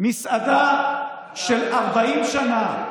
מסעדה של 40 שנה.